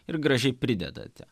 ir gražiai pridedate